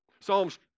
Psalms